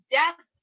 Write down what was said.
death